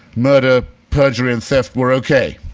murder, perjury, and theft were okay,